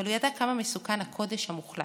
אבל הוא ידע כמה מסוכנים הקודש המוחלט,